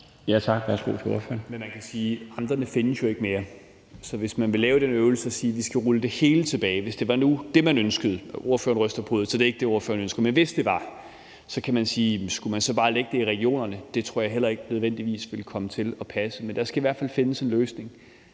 Tak. Værsgo til ordføreren. Kl. 20:02 Peter Kofod (DF): Men amterne findes jo ikke mere, så hvis man vil lave den øvelse at sige, at vi skal rulle det hele tilbage, altså hvis det nu var det, man ønskede – ordføreren ryster på hovedet, så det er ikke det, ordføreren ønsker, men hvis det var det, kunne man spørge: Skulle man så bare lægge det i regionerne? Det tror jeg heller ikke nødvendigvis ville komme til at passe. Men der skal i hvert fald findes en løsning,